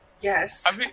Yes